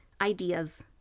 ideas